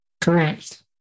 Correct